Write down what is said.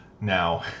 now